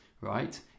right